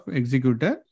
executor